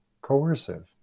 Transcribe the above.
coercive